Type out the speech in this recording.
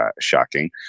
shocking